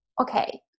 okay